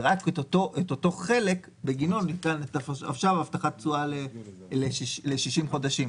ורק את אותו חלק מאפשר הבטחת תשואה ל-60 חודשים.